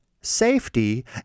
safety